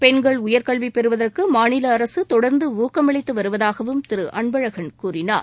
பெண்கள் உயர்கல்வி பெறுவதற்கு மாநில அரசு தொடர்ந்து ஊக்கமளித்து வருவதாகவும் திரு அன்பழகன் கூறினார்